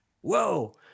whoa